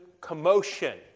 commotion